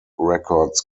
records